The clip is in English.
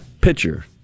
pitcher